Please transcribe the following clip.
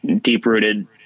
deep-rooted